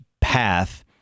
path